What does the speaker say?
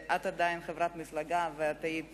את עדיין חברת מפלגה, ואת היית